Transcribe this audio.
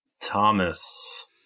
Thomas